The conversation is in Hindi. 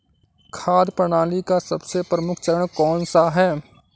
खाद्य प्रणाली का सबसे प्रमुख चरण कौन सा है?